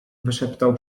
wyszeptał